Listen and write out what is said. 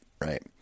Right